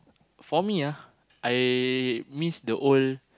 for me ah I miss the old